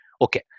okay